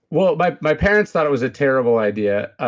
well, my my parents thought it was a terrible idea, ah